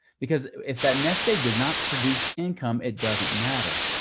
because if that nest egg does not produce income, it doesn't matter.